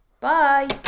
Bye